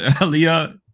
earlier